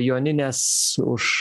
joninės už